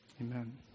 amen